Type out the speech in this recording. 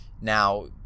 now